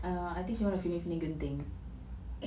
um I think she wants to feeling feeling genting